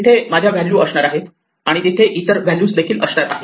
तिथे माझ्या व्हॅल्यू असणार आहेत आणि तिथे इतर व्हॅल्यूज देखील असणार आहेत